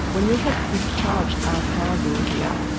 when we had discharged our cargo here,